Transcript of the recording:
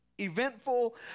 eventful